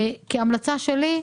כהמלצה שלי: